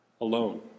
alone